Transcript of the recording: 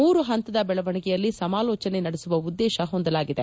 ಮೂರು ಪಂತದ ಬೆಳವಣಿಗೆಯಲ್ಲಿ ಸಮಾಲೋಚನೆ ನಡೆಸುವ ಉದ್ದೇತ ಹೊಂದಲಾಗಿದೆ